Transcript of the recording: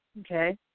Okay